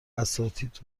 اساتید